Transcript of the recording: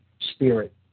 spirit